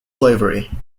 slavery